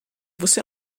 você